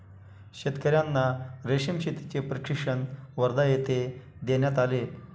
शेतकर्यांना रेशीम शेतीचे प्रशिक्षण वर्धा येथे देण्यात आले